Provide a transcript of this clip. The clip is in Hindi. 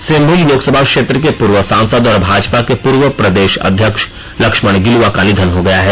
सिंहभूम लोकसभा क्षेत्र के पूर्व सांसद और भाजपा के पूर्व प्रदेश अध्यक्ष लक्ष्मण गिलुवा का निधन हो गया है